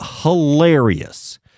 hilarious